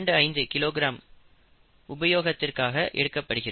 25 kilogram உபயோகத்திற்காக எடுக்கப்படுகிறது